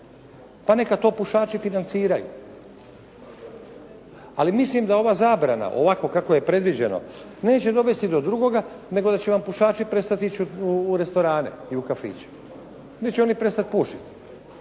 Pa neka to pušači financiraju. Ali mislim da ova zabrana ovako kako je predviđeno neće dovesti do drugoga, nego da će vam pušači prestati ići u restorane i u kafiće. Neće oni prestati pušiti.